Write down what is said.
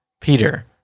Peter